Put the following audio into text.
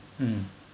mm